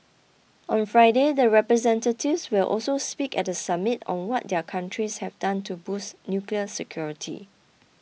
on Friday the representatives will also speak at the summit on what their countries have done to boost nuclear security